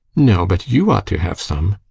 no, but you ought to have some.